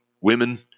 women